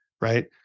Right